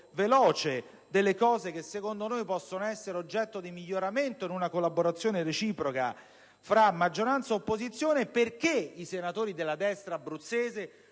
veloce delle cose che a nostro avviso potrebbero essere oggetto di miglioramento in una collaborazione reciproca tra maggioranza ed opposizione, perché i senatori abruzzesi